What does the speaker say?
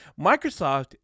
microsoft